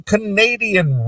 Canadian